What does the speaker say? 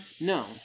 No